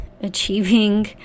achieving